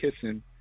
Kissing